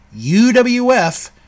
UWF